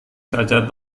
saja